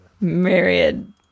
myriad